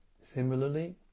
Similarly